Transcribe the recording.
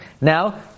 Now